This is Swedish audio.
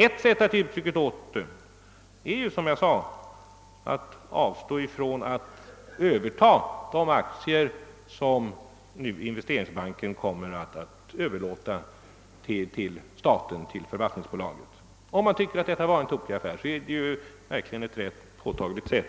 Ett sätt att ge uttryck häråt är, som jag sade, att avstå från att överta de aktier som Investeringsbanken nu kommer att överlåta på förvaltningsbolaget. Om riksdagen tycker att detta var en mindre lämplig affär kan den på ett påtagligt sätt